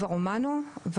רומנו,